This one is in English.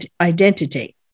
identity